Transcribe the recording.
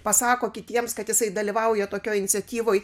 pasako kitiems kad jisai dalyvauja tokioj iniciatyvoj